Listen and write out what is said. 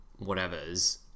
whatevers